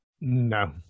No